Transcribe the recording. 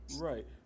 Right